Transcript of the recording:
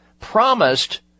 promised